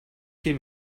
give